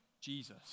Jesus